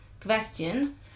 question